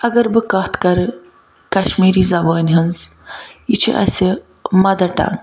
اگر بہٕ کتھ کَرٕ کَشمیٖری زَبانہ ہٕنٛز یہِ چھِ اَسہِ مَدَر ٹَنٛگ